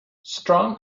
strong